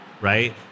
right